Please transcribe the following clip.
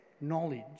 knowledge